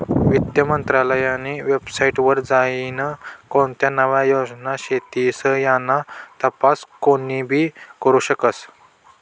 वित्त मंत्रालयनी वेबसाईट वर जाईन कोणत्या नव्या योजना शेतीस याना तपास कोनीबी करु शकस